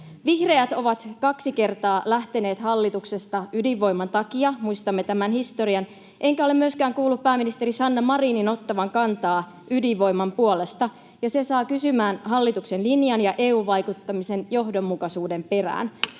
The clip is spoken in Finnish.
Vihreät ovat kaksi kertaa lähteneet hallituksesta ydinvoiman takia — muistamme tämän historian — enkä ole myöskään kuullut pääministeri Sanna Marinin ottavan kantaa ydinvoiman puolesta, ja se saa kysymään hallituksen linjan ja EU-vaikuttamisen johdonmukaisuuden perään.